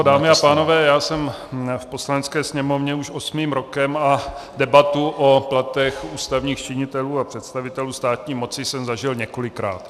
Dámy a pánové, já jsem v Poslanecké sněmovně už osmým rokem a debatu o platech ústavních činitelů a představitelů státní moci jsem zažil několikrát.